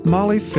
Molly